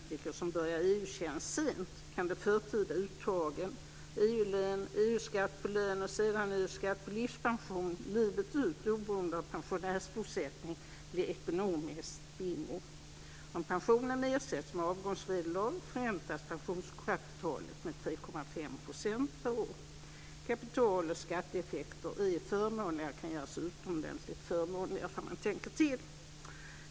tjänst sent kan de förtida uttagen, EU-lön, EU-skatt på lön och sedan EU-skatt på livspensionen livet ut oberoende av pensionärsbosättning bli ekonomisk bingo. Om pension ersätts med avgångsvederlag förräntas pensionskapitalet med 3,5 % per år. Kapitaloch skatteeffekterna är förmånliga och kan göras utomordentligt förmånliga ifall man tänker till.